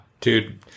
dude